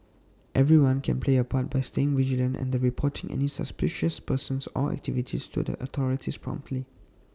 everyone can play A part by staying vigilant and reporting any suspicious persons or activities to the authorities promptly